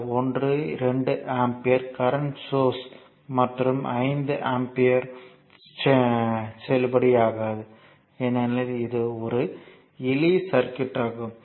இந்த 1 2 ampere current source மற்றும் 5 ஆம்பியரும் செல்லுபடியாகாது ஏனெனில் இது ஒரு எளிய சர்க்யூட் ஆகும்